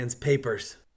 papers